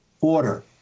order